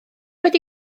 wedi